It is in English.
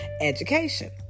Education